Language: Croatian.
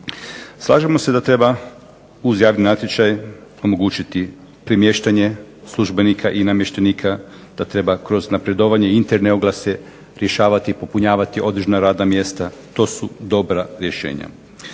Slažemo se da treba uz javni natječaj omogućiti premještanje službenika i namještenika, da treba kroz napredovanje i interne oglase rješavati i popunjavati određena radna mjesta. To su dobra rješenja.